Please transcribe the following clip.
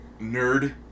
nerd